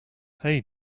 hey